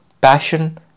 passion